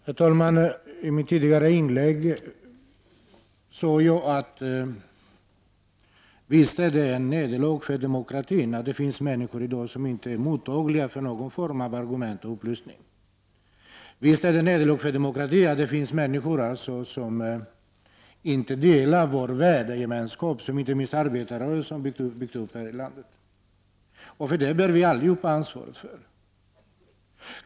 Herr talman! I mitt tidigare inlägg sade jag att det är ett nederlag för demokratin att det finns människor som inte är mottagliga för någon form av argument och upplysning. Det är ett nederlag för demokratin att det finns människor som inte delar den värdegemenskap som inte minst arbetarrörelsen har byggt upp här i landet. Vi bär alla ansvaret för det.